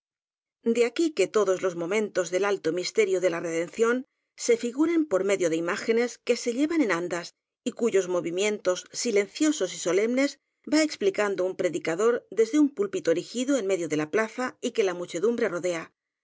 de aquí que to dos los momentos del alto misterio de la redención se figuren por medio de imágenes que se llevan en andas y cuyos movimientos silenciosos y solemnes va explicando un predicador desde un pulpito eri gido en medio de la plaza y que la muchedumbre rodea